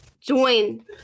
join